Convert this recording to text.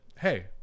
hey